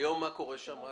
מה קורה שם היום?